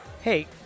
Hey